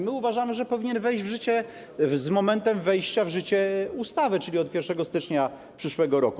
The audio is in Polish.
My uważamy, że on powinien wejść w życie z momentem wejścia w życie ustawy, czyli od 1 stycznia przyszłego roku.